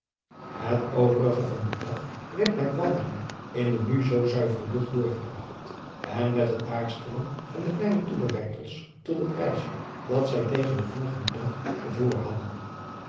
het overige van den dag werd met wandelen in de nu zoo zuivere lucht doorgebragt en met het daarstellen van de kleine toebereidsels tot het reisje dat zij tegen den volgenden dag voor hadden